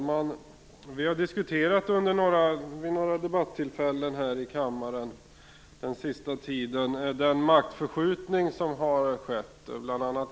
Fru talman! Vi har vid några debattillfällen här i kammaren den sista tiden diskuterat den maktförskjutning som har skett de senaste åren.